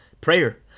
prayer